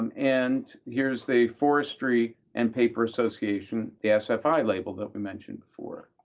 um and here is the forestry and paper association, the ah so sfi label that we mentioned before.